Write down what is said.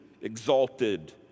exalted